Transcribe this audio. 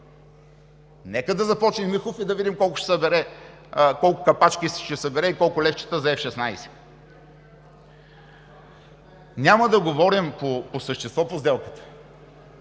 Нека да започне Михов и да видим колко капачки ще събере и колко левчета за F-16. Няма да говорим по същество по сделката.